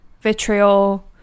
vitriol